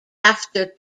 after